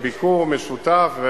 בביקור משותף,